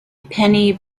penny